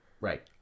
Right